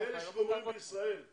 לאלה שגומרים בישראל,